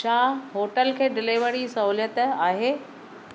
छा होटल खे डिलीवरी सहूलियत आहे